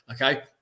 okay